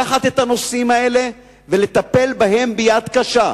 לקחת את הנושאים האלה ולטפל בהם ביד קשה,